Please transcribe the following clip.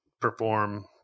perform